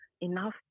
enough